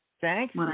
Thanks